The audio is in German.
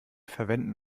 verwenden